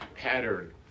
pattern